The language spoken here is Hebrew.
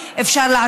אפשר למשש אנשים,